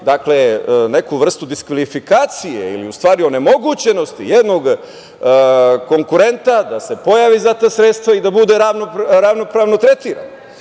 imali neku vrstu diskvalifikacije ili onemogućenost jednog konkurenta da se pojavi za ta sredstva i da bude ravnopravno tretiran.